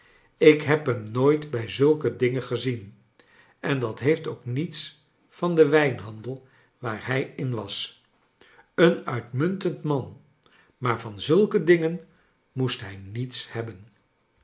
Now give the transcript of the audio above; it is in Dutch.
ik heb hem nooit bij zulke dingen gezien en dat heeft ook niets van den wijnhandel waar hij in was een uitmuntend man maar van zulke dingen moest hij niets hebben